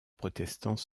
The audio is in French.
protestants